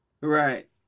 right